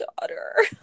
daughter